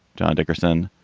john dickerson.